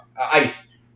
ice